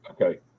okay